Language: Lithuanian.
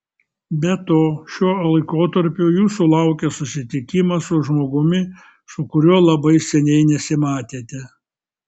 be to šiuo laikotarpiu jūsų laukia susitikimas su žmogumi su kuriuo labai seniai nesimatėte